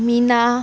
Meena